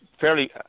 fairly